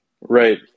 Right